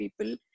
people